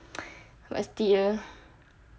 but still